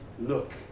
look